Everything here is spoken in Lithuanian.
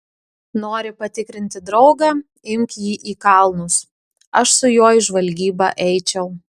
nori patikrinti draugą imk jį į kalnus aš su juo į žvalgybą eičiau